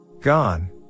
Gone